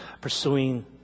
pursuing